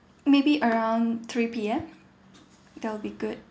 maybe around three P_M that will be good